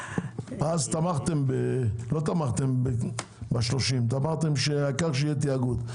אז תמכתם העיקר שיהיה תאגוד לא ב-30.